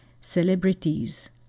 celebrities